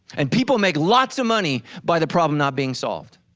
and people make lots of money, by the problem not being solved,